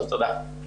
תודה.